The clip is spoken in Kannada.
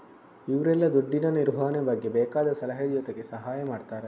ಇವ್ರೆಲ್ಲ ದುಡ್ಡಿನ ನಿರ್ವಹಣೆ ಬಗ್ಗೆ ಬೇಕಾದ ಸಲಹೆ ಜೊತೆಗೆ ಸಹಾಯ ಮಾಡ್ತಾರೆ